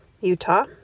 Utah